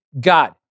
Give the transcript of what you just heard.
God